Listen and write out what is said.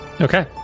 Okay